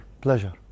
pleasure